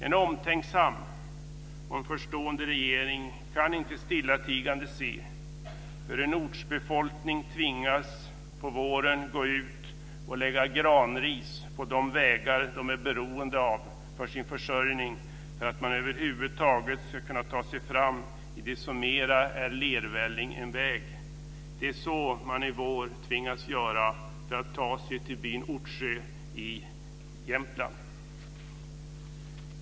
En omtänksam och förstående regering kan inte stillatigande se hur en ortsbefolkning på våren tvingas gå ut och lägga granris på de vägar man är beroende av för sin försörjning, för att man över huvud taget ska kunna ta sig fram i det som mera är lervälling än väg. Det är så man tvingas göra i vår för att ta sig till byn Ottsjö i Jämtland.